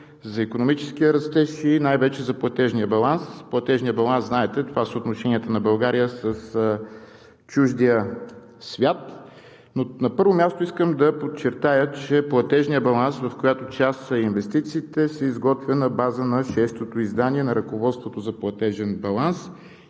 за икономическия растеж и най-вече за платежния баланс. Платежният баланс, знаете, това са отношенията на България с чуждия свят. На първо място искам да подчертая, че платежният баланс, в която част са инвестициите, се изготвя на базата на шестото издание на ръководството за платежен баланс